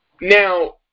Now